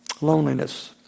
Loneliness